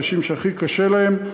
האנשים שהכי קשה להם,